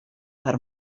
per